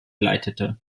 leitete